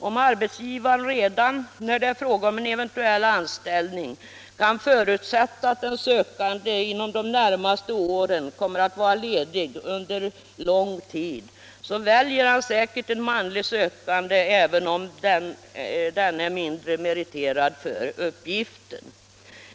Om arbetsgivaren redan — Jämställdhetsfrågor när det är fråga om en eventuell anställning kan förutsätta att den sökande = m.m. inom de närmaste åren kommer att vara ledig under lång tid, väljer han säkert en manlig sökande även om denne är mindre meriterad för uppgiften.